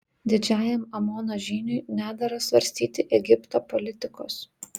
didžiajam amono žyniui nedera svarstyti egipto politikos